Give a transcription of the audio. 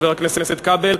חבר הכנסת כבל,